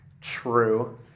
True